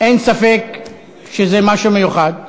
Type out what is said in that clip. אין ספק שזה משהו מיוחד.